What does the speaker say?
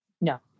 No